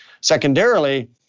Secondarily